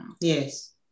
Yes